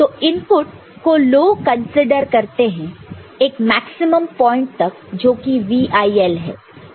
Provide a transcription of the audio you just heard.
तो इनपुट को low consider करते हैं एक मैक्सिमम पॉइंट तक जो कि VIL है